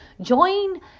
join